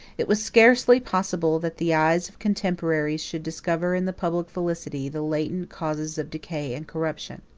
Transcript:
it was scarcely possible that the eyes of contemporaries should discover in the public felicity the latent causes of decay and corruption.